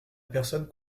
personne